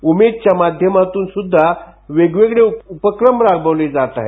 उमेदच्या माध्यमातून सुध्दा वेगवेगळे उपक्रम राबवले जात आहेत